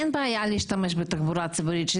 אין בעיה להשתמש בתחבורה ציבורית.